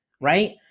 right